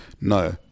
No